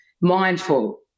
mindful